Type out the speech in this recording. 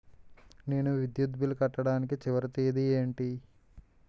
నేను విద్యుత్ బిల్లు కట్టడానికి చివరి తేదీ ఏంటి?